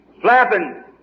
flapping